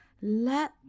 let